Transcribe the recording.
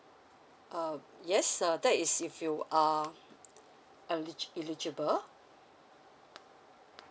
uh yes uh that is if you uh eligi~ eligible